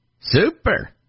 Super